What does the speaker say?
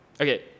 Okay